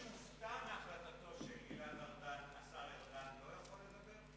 מי שהופתע מהחלטתו של השר ארדן לא יוכל לדבר?